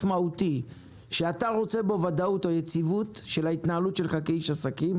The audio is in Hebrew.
מהותי שאתה רוצה בו ודאות או יציבות של ההתנהלות שלך כאיש עסקים